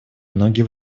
многие